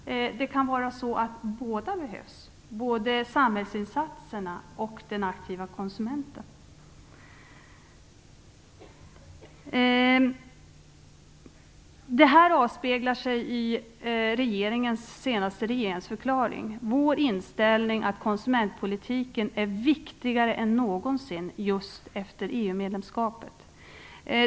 Det kan vara så att både samhällsinsatserna och den aktiva konsumenten behövs. Det här avspeglar sig i den senaste regeringsförklaringen. Vår inställning är den att konsumentpolitiken är viktigare än någonsin just efter inträdet i EU.